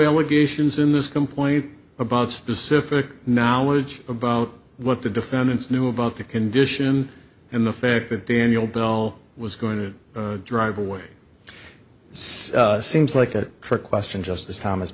allegations in this complaint about specific knowledge about what the defendants knew about the condition and the fact that the annual bill was going to drive away so seems like a trick question justice thomas